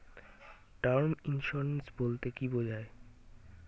Term insurance বলতে কী বোঝায়?